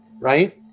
right